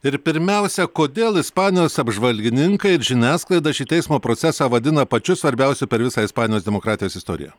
ir pirmiausia kodėl ispanijos apžvalgininkai ir žiniasklaida šį teismo procesą vadina pačiu svarbiausiu per visą ispanijos demokratijos istoriją